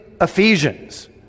Ephesians